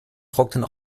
trocknen